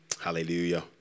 Hallelujah